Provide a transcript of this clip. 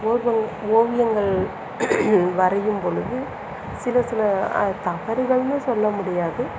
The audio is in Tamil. ஓவியங்கள் வரையும்பொழுது சில சில தவறுகள்னு சொல்ல முடியாது